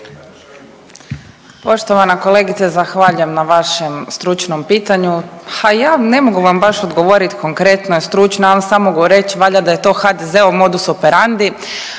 Poštovana kolegice zahvaljujem na vašem stručnom pitanju. A ja ne mogu vam baš odgovoriti konkretno, stručno. Ja vam samo mogu reći valjda da je to HDZ-ov modus operandi.